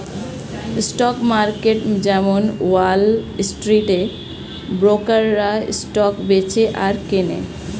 stock market যেমন wall স্ট্রিটে ব্রোকাররা স্টক বেচে আর কেনে